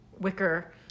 wicker